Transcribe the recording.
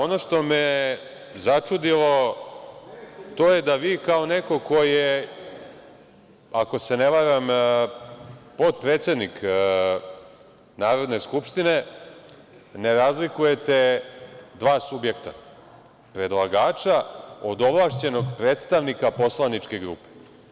Ono što me je začudilo, to je da vi kao neko ko je, ako se ne varam, potpredsednik Narodne skupštine, razlikujete dva subjekta, predlagača od ovlašćenog predstavnika poslaničke grupe.